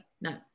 no